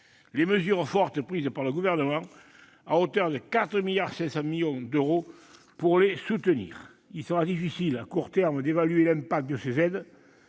les mesures fortes prises par le Gouvernement, à hauteur de 4,5 milliards d'euros, pour les soutenir. Il sera difficile à court terme d'évaluer l'impact de ces aides,